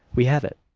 we have it.